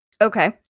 Okay